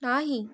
नाही